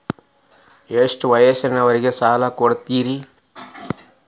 ಎಷ್ಟ ವಯಸ್ಸಿನವರಿಗೆ ಸಾಲ ಕೊಡ್ತಿರಿ?